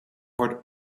wordt